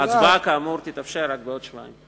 הצבעה, כאמור, תתאפשר רק בעוד שבועיים.